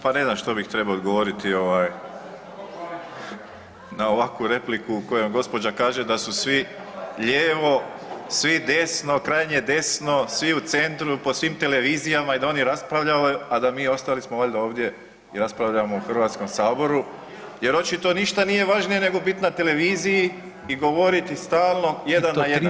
Pa ne znam što bih trebao odgovoriti na ovakvu repliku kojom gospođa kaže da su svi lijevo, svi desno, krajnje desno, svi u centru po svim televizijama i da oni raspravljaju, a da mi ostali smo valjda ovdje i raspravljamo u Hrvatskom saboru, jer očito ništa nije važnije nego biti na televiziji i govoriti stalno jedan na jedan.